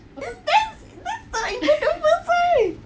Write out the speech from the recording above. you dense that's the incredible side